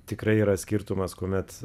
tikrai yra skirtumas kuomet